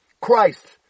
Christ